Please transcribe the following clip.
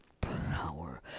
power